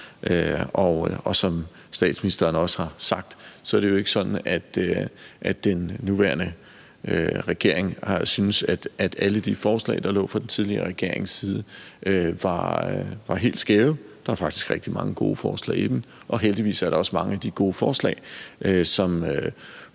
Som statsministeren også har sagt, er det jo ikke sådan, at den nuværende regering har syntes, at alle de forslag, der lå fra den tidligere regeringens side, var helt skæve. Der er faktisk rigtig mange gode forslag blandt dem, og heldigvis er der også mange af de gode forslag, som